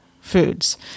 foods